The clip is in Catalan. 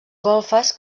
golfes